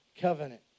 covenant